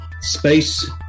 space